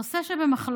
זה נושא שבמחלוקת.